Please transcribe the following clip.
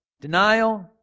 denial